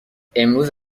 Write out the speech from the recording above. امروز